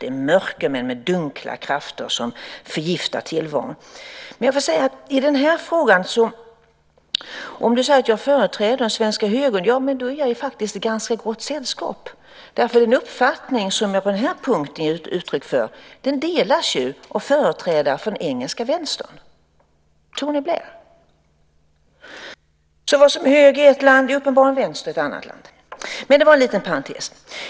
Det är mörkermän med dunkla krafter som förgiftar tillvaron. Men om statsrådet i den här frågan säger att jag företräder den svenska högern är jag i ganska gott sällskap, därför att den uppfattning som jag på den här punkten ger uttryck för delas av företrädare för den engelska vänstern - Tony Blair. Vad som är höger i ett land är uppenbarligen vänster i ett annat land. Men det var en liten parentes.